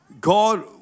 God